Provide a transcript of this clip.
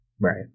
Right